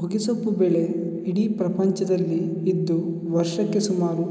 ಹೊಗೆಸೊಪ್ಪು ಬೆಳೆ ಇಡೀ ಪ್ರಪಂಚದಲ್ಲಿ ಇದ್ದು ವರ್ಷಕ್ಕೆ ಸುಮಾರು